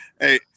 Hey